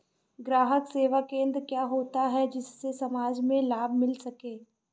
ग्राहक सेवा केंद्र क्या होता है जिससे समाज में लाभ मिल सके?